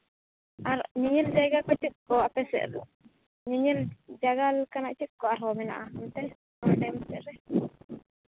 ᱟᱨ ᱧᱮᱧᱮᱞ ᱡᱟᱭᱜᱟ ᱠᱚ ᱪᱮᱫ ᱠᱚ ᱟᱯᱮ ᱥᱮᱫ ᱫᱚ ᱧᱮᱧᱮᱞ ᱡᱟᱭᱜᱟ ᱞᱮᱠᱟᱱᱟᱜ ᱪᱮᱫ ᱠᱚ ᱟᱨᱦᱚᱸ ᱢᱮᱱᱟᱜᱼᱟ ᱚᱱᱛᱮ ᱢᱩᱪᱟᱹᱫ ᱨᱮ